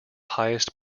highest